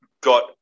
got